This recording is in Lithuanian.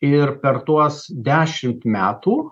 ir per tuos dešimt metų